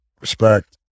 Respect